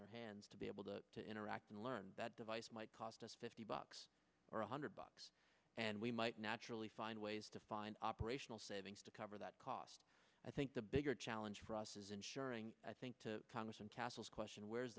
their hands to be able to interact and learn that device might cost fifty bucks or a hundred bucks and we might naturally find ways to find operational savings to cover that cost i think the bigger challenge for us is ensuring i think to congress and castle's question where